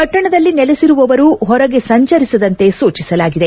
ಪಟ್ಟಣದಲ್ಲಿ ನೆಲೆಸಿರುವವರು ಹೊರಗೆ ಸಂಚರಿಸದಂತೆ ಸೂಚಿಸಲಾಗಿದೆ